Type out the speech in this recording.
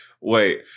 wait